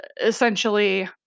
essentially